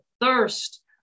thirst